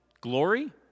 glory